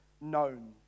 known